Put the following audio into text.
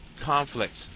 conflict